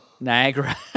Niagara